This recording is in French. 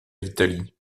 l’italie